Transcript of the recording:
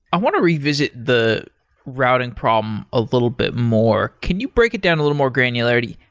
i want to revisit the routing problem a little bit more. can you break it down a little more granularity?